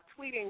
tweeting